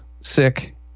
sick